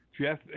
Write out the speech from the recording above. Jeff